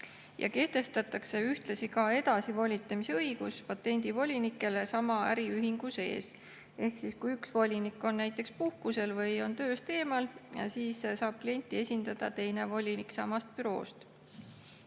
kehtestatakse edasivolitamise õigus patendivolinikele sama äriühingu sees. Ehk siis, kui üks volinik on näiteks puhkusel või tööst eemal, siis saab klienti esindada teine volinik samast büroost.